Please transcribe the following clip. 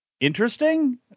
interesting